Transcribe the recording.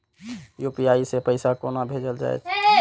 UPI सै पैसा कोना भैजल जाय?